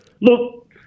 look